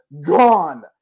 gone